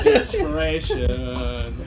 inspiration